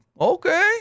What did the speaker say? Okay